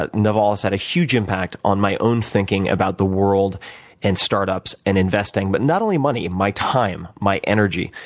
ah naval has had a huge impact on my own thinking about the world and startups and investing but not only money and my time, my energy.